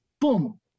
boom